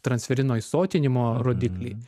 transferino įsotinimo rodiklį